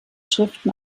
schriften